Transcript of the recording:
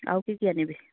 আৰু কি কি আনিবি